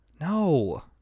No